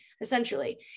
essentially